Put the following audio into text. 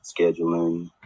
scheduling